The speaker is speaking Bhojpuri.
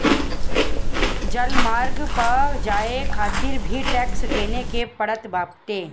जलमार्ग पअ जाए खातिर भी टेक्स देवे के पड़त बाटे